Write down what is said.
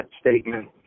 statement